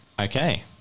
Okay